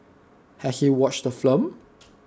has he watched the film